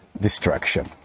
destruction